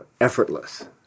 effortless